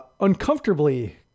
uncomfortably